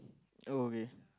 oh okay